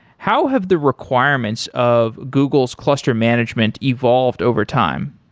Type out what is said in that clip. how have the requirements of google's cluster management evolved over time?